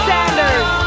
Sanders